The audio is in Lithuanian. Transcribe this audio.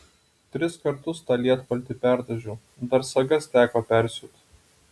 tris kartus tą lietpaltį perdažiau dar sagas teko persiūt